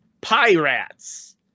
pirates